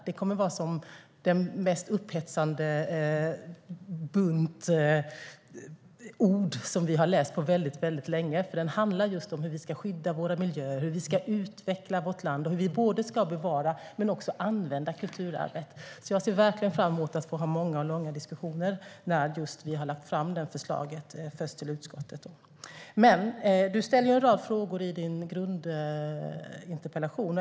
Det kommer att vara den mest upphetsande bunt med ord som vi har läst på väldigt länge. Den handlar om hur vi ska skydda våra miljöer, utveckla vårt land och bevara men också använda kulturarvet. Jag ser verkligen fram mot att ha många och långa diskussioner när vi har lagt fram förslaget först till utskottet. Du ställer en rad frågor i din interpellation.